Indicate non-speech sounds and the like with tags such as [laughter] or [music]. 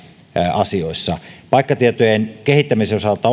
asioissa paikkatietojen kehittämisen osalta [unintelligible]